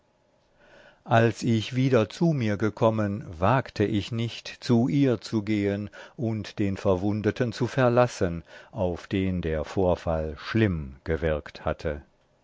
als ich wieder zu mir gekommen wagte ich nicht zu ihr zu gehen und den verwundeten zu verlassen auf den der vorfall schlimm gewirkt hatte